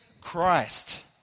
Christ